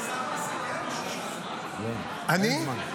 --- אני?